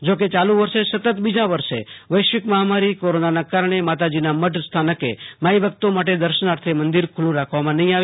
જો કે યાલુ વર્ષે સતત બીજા વર્ષે વૈશ્વિક મહામારી કોરોનાના કારણે માતાજીના મઢ સ્થાનક માઈભક્તો માટે દર્શનાર્થે મંદિર ખુલ્લુ રાખવામાં નહી આવી